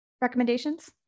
recommendations